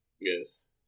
Yes